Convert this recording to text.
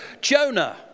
Jonah